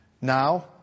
now